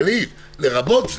בכלל הנימוקים, כללית, לרבות זה.